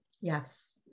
yes